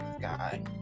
guy